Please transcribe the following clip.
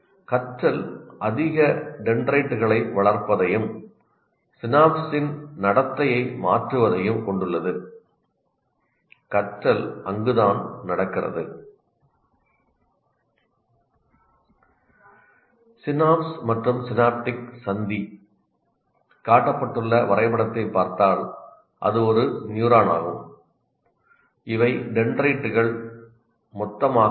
கற்றல் அதிக டென்ட்ரைட்டுகளை வளர்ப்பதையும் சினாப்ஸ்ன் நடத்தையை மாற்றுவதையும் கொண்டுள்ளதுகற்றல் அங்குதான் நடக்கிறது சினாப்ஸ் மற்றும் சினாப்டிக் சந்தி காட்டப்பட்டுள்ள வரைபடத்தைப் பார்த்தால் இது ஒரு நியூரானாகும் இவை டென்ட்ரைட்டுகள் மொத்தமாக இருக்கும்